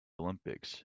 olympics